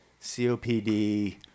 copd